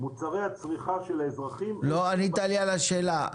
מוצרי הצריכה של האזרחים --- לא ענית לי על השאלה.